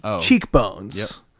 cheekbones